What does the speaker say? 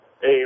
Hey